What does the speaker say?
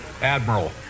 Admiral